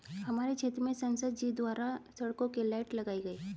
हमारे क्षेत्र में संसद जी द्वारा सड़कों के लाइट लगाई गई